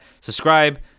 subscribe